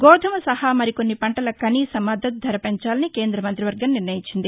గోధుమ సహా మరికొన్ని పంటల కనీస మద్దతు ధర పెంచాలని కేంద మంతి వర్గం నిర్ణయించింది